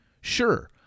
Sure